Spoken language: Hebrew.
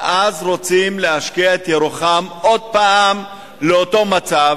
ואז רוצים להשקיע את ירוחם עוד פעם לאותו מצב,